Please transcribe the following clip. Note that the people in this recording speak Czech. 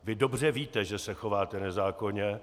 Vy dobře víte, že se chováte nezákonně.